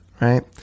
right